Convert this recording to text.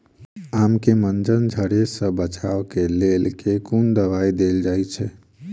आम केँ मंजर झरके सऽ बचाब केँ लेल केँ कुन दवाई देल जाएँ छैय?